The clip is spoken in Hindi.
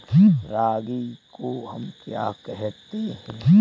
रागी को हम क्या कहते हैं?